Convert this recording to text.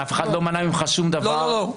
מה זה?